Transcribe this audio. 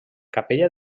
capella